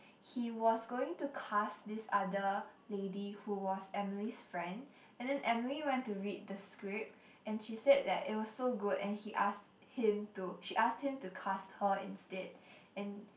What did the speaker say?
he was going to cast this other lady who was Emily's friend and then Emily went to read the script and she said that it was so good and he ask him to she ask him to cast her instead and